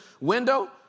window